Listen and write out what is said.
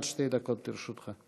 עד שתי דקות לרשותך.